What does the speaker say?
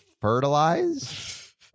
fertilize